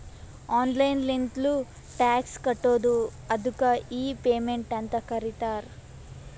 online ಲಿಂತ್ನು tax ಕಟ್ಬೋದು ಅದ್ದುಕ್ ಇ ಪೇಮೆಂಟ್ ಅಂತ್ ಕರೀತಾರ